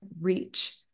reach